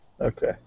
Okay